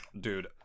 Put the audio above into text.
Dude